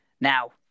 Now